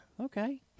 Okay